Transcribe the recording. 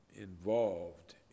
involved